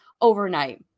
overnight